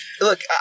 look